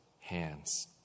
hands